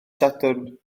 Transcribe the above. sadwrn